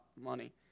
money